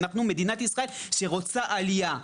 אנחנו מדינת ישראל שרוצה עלייה.